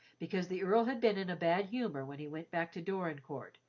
because the earl had been in a bad humour when he went back to dorincourt,